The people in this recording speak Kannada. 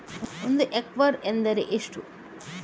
ಒಂದು ಹೆಕ್ಟೇರ್ ಎಂದರೆ ಎಷ್ಟು?